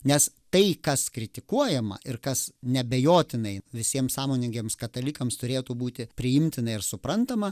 nes tai kas kritikuojama ir kas neabejotinai visiems sąmoningiems katalikams turėtų būti priimtina ir suprantama